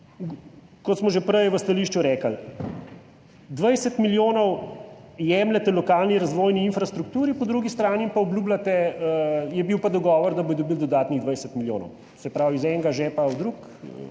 kot smo že prej v stališču rekli, 20 milijonov jemljete lokalni razvojni infrastrukturi, po drugi strani jim pa obljubljate oziroma je bil dogovor, da bodo dobili dodatnih 20 milijonov, se pravi iz enega žepa v drug